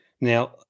Now